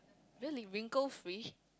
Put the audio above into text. really wrinkle fish